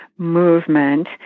movement